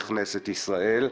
לכן,